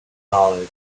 college